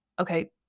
Okay